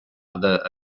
other